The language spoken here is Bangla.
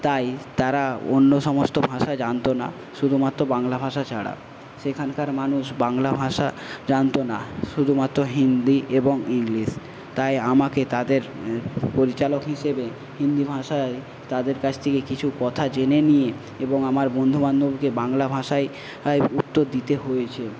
তাই তারা অন্য সমস্ত ভাষা জানত না শুধু মাত্র বাংলা ভাষা ছাড়া সেখানকার মানুষ বাংলা ভাষা জানত না শুধুমাত্র হিন্দি এবং ইংলিশ তাই আমাকে তাদের পরিচালক হিসেবে হিন্দি ভাষায় তাদের কাছ থেকে কিছু কথা জেনে নিয়ে এবং আমার বন্ধুবান্ধবকে বাংলা ভাষায় উত্তর দিতে হয়েছে